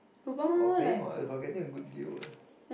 it's not about paying what it's about getting a good deal what